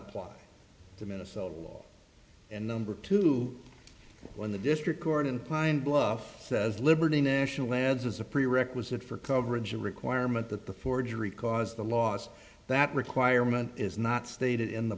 apply to minnesota law and number two when the district court in pine bluff says liberty national labs is a prerequisite for coverage a requirement that the forgery cause the laws that requirement is not stated in the